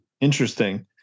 Interesting